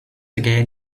again